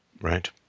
Right